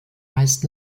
meist